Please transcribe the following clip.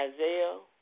Isaiah